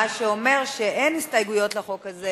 מה שאומר שאין הסתייגויות לחוק הזה.